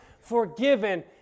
Forgiven